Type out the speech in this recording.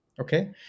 Okay